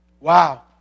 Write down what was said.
Wow